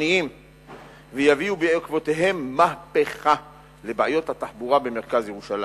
אני משיב בשם שר התחבורה, מר ישראל